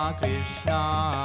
Krishna